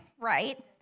right